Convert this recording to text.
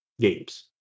games